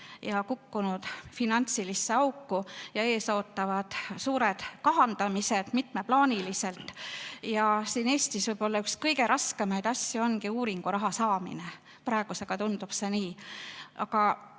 ja kukkunud finantsilisse auku ja ees ootavad suured kahandamised mitmeplaaniliselt. Ja Eestis võib-olla üks kõige raskemaid asju ongi uuringuraha saamine, praegu tundub see nii.